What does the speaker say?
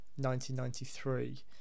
1993